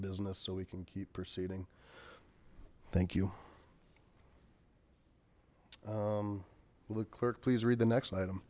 business so we can keep proceeding thank you the clerk please read the next item